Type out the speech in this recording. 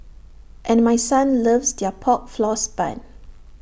and my son loves their Pork Floss Bun